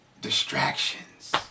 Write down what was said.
distractions